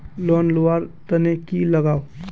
Loan लुवा र तने की लगाव?